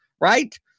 right